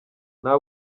nta